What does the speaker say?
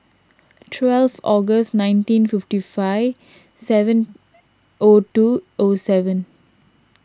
twelve August nineteen fifty five seven O two O seven